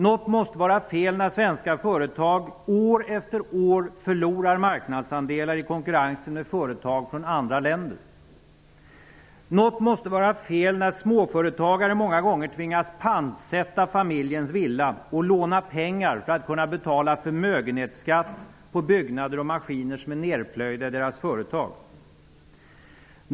Något måste vara fel när svenska företag år efter år förlorar marknadsandelar i konkurrens med företag från andra länder. Något måste vara fel när småföretagare många gånger tvingas pantsätta familjens villa och låna pengar för att kunna betala förmögenhetsskatt på byggnader och maskiner som är nerplöjda i deras företag.